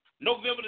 November